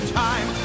time